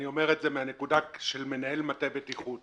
אני אומר את זה מהנקודה של מנהל מטה בטיחות.